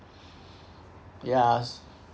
ya